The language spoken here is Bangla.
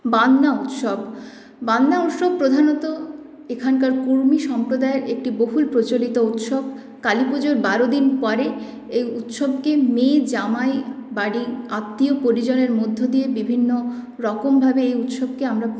বাঁধনা উৎসব বাঁধনা উৎসব প্রধানত এখানকার কুড়মি সম্প্রদায়ের একটি বহুল প্রচলিত উৎসব কালী পুজোর বারো দিন পরে এই উৎসবকে মেয়ে জামাই বাড়ির আত্মীয়পরিজনদের মধ্য দিয়ে বিভিন্ন রকমভাবে এই উৎসবকে আমরা